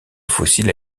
fossile